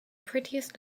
prettiest